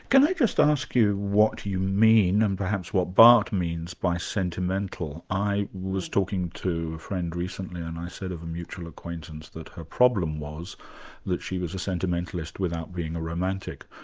can i just ah ask you what you mean and perhaps what barthes means by sentimental? i was talking to a friend recently and i said of a mutual acquaintance that her problem was that she was a sentimentalist without being a romantic,